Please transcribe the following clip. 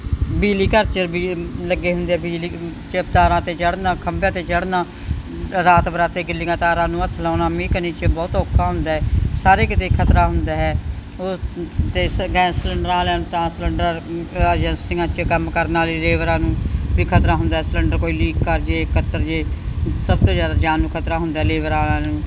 ਬਿਜਲੀ ਘਰ 'ਚ ਬਿ ਲੱਗੇ ਹੁੰਦੇ ਆ ਬਿਜਲੀ 'ਚ ਤਾਰਾਂ 'ਤੇ ਚੜ੍ਹਨਾ ਖੰਭਿਆਂ 'ਤੇ ਚੜ੍ਹਨਾ ਰਾਤ ਬਰਾਤੇ ਗਿਲੀਆਂ ਤਾਰਾਂ ਨੂੰ ਹੱਥ ਲਾਉਣਾ ਮੀਂਹ ਕਨੀ 'ਚ ਬਹੁਤ ਔਖਾ ਹੁੰਦਾ ਸਾਰੇ ਕਿਤੇ ਖਤਰਾ ਹੁੰਦਾ ਹੈ ਉਹ ਤਾਂ ਗੈਸ ਸਿਲੰਡਰਾਂ ਵਾਲਿਆਂ ਤਾਂ ਸਿਲੰਡਰ ਏਜੰਸੀਆਂ 'ਚ ਕੰਮ ਕਰਨ ਵਾਲੀ ਲੇਵਰਾਂ ਨੂੰ ਵੀ ਖਤਰਾ ਹੁੰਦਾ ਸਿਲੰਡਰ ਕੋਈ ਲੀਕ ਕਰ ਜੇ ਕਤਰ ਜੇ ਸਭ ਤੋਂ ਜ਼ਿਆਦਾ ਜਾਨ ਨੂੰ ਖਤਰਾ ਹੁੰਦਾ ਲੇਬਰ ਵਾਲਿਆਂ ਨੂੰ